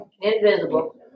Invisible